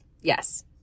yes